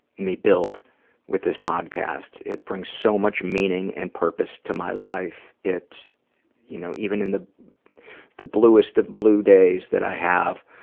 me build with this podcast. it brings so much meaning and purpose to my life. it's you know even in the the bluest of blue days that i have,